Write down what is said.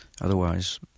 Otherwise